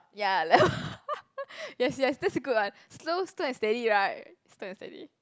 ya yes yes that's a good one slow slow and steady right slow and steady